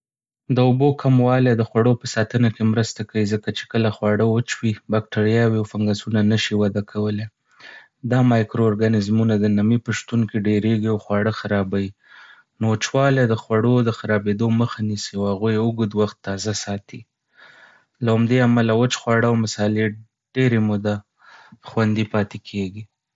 د اوبو کموالی د خوړو په ساتنه کې مرسته کوي ځکه چې کله خواړه وچ وي، بکتریاوې او فنګسونه نه شي وده کولای. دا مایکرو ارګانیزمونه د نمی په شتون کې ډېرېږي او خواړه خرابيي. نو وچوالي د خواړو د خرابېدو مخه نیسي او هغوی اوږد وخت تازه ساتي. له همدې امله، وچ خواړه او مصالې ډېرې موده خوندي پاتې کېږي.